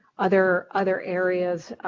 other other areas,